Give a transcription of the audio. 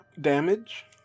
damage